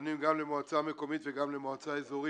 מתכוונים גם למועצה מקומית וגם למועצה אזורית.